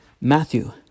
Matthew